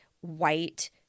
white